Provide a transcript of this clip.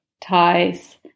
ties